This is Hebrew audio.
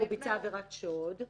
עבירת שוד,